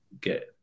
get